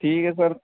ٹھیک ہے سر